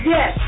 Yes